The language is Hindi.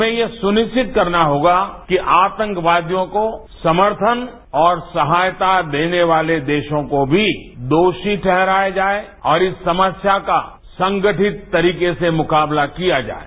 हमें यह सुनिश्चित करना होगा कि आतंकवादियों को समर्थन और सहायता देने वाले देशों को भी दोषी ठहराया जाये और इस समस्या का संगठित तरीके से मुकाबला किया जाये